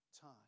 time